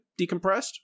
decompressed